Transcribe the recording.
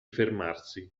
fermarsi